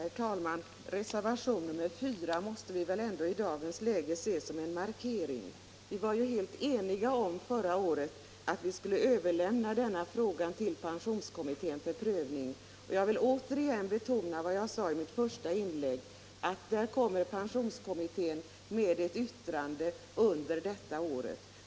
Herr talman! Reservationen 4 måste vi väl ändå i dagens läge se som en markering. Förra året var vi ju helt eniga om att vi skulle överlämna 187" denna fråga till pensionskommittén för prövning, och jag vill återigen betona vad jag sade i mitt första inlägg, att pensionskommittén kommer med ett yttrande under innevarande år.